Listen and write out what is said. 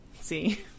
See